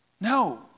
No